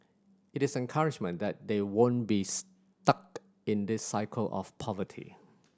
it is encouragement that they won't be stuck in this cycle of poverty